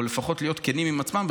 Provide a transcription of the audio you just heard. או לפחות להיות כנים עם עצמם,